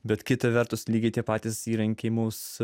bet kita vertus lygiai tie patys įrankiai mus